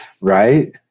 right